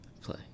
play